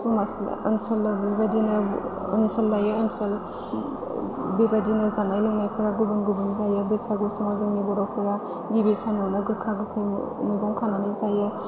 समाज ओनसोलाव बिबायदिनो ओनसोल लायै ओनसोल बेबायदिनो जानाय लोंनायफोराबो गुबुन गुबुन जायो बैसागु समाव जोंनि बर'फोरा गिबि सानावनो गोखा गोखै मैगं खानानै जायो